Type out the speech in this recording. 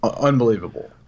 unbelievable